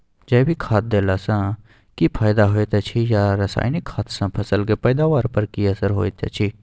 जैविक खाद देला सॅ की फायदा होयत अछि आ रसायनिक खाद सॅ फसल के पैदावार पर की असर होयत अछि?